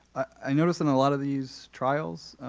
i noticed in a lot of these trials,